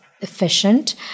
efficient